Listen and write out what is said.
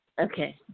Okay